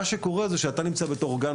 מה שקורה הוא שאתה נמצא בתוך גן.